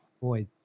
boy